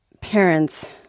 parents